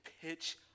pitch